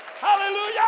Hallelujah